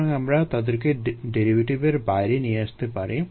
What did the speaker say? সুতরাং আমরা তাদেরকে ডেরিভেটিভের বাইরে নিয়ে আসতে পারি